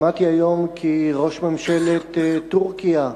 שמעתי היום כי ראש ממשלת טורקיה,